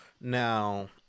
Now